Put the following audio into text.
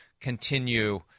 continue